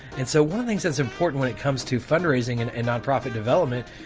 and so one of things that's important when it comes to fundraising and and nonprofit development,